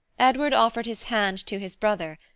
edward offered his hand to his brother,